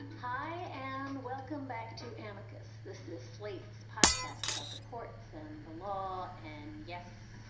hi and welcome back to amicus. this is slate's podcast about the courts and the law and yes,